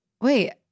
Wait